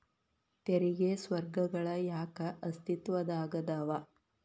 ತೆರಿಗೆ ಸ್ವರ್ಗಗಳ ಯಾಕ ಅಸ್ತಿತ್ವದಾಗದವ